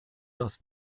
das